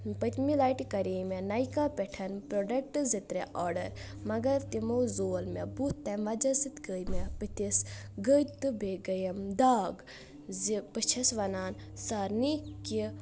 پٔتۍمہِ لٹہِ کریٚیہِ مےٚ نایکہ پٮ۪ٹھ پروڈکٹ زٕترےٚ آڈر مگر تِمو زول مےٚ بُتھ تَمہِ وجہ سۭتۍ گٔے مےٚ بُتھِس گٔدۍ تہٕ گٔیِم داغ زِ بہٕ چھس ونان سارِنے کہ